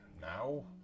Now